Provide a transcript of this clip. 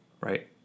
right